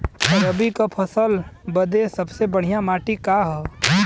रबी क फसल बदे सबसे बढ़िया माटी का ह?